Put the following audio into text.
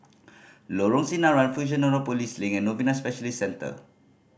Lorong Sinaran Fusionopolis Link and Novena Specialist Center